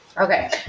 Okay